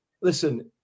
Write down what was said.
listen